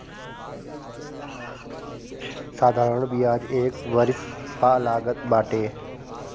साधारण बियाज एक वरिश पअ लागत बाटे